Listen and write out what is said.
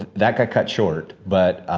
that got cut short, but